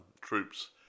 troops